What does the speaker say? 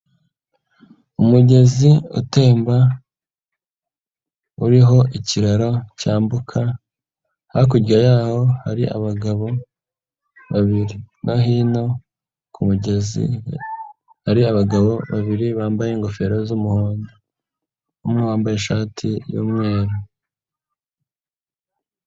Umugezi utemba uriho ikiraro cyambuka hakurya yaho hari abagabo babiri no hino ku mugezi hari abagabo babiri bambaye ingofero z'umuhondo, umwe wambaye ishati y'umweru.